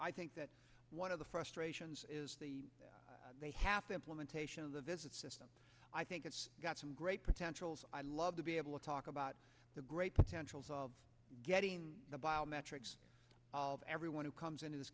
i think that one of the frustrations is the they have to implement haitian of the visit system i think it's got some great potentials i love to be able to talk about the great potentials of getting the biometrics of everyone who comes into this